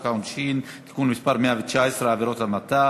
העונשין (תיקון מס' 119) (עבירות המתה),